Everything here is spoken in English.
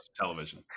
television